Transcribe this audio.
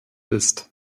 ist